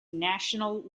national